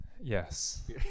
yes